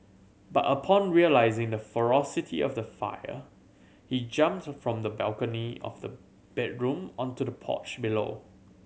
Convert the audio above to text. but upon realising the ferocity of the fire he jumped from the balcony of the bedroom onto the porch below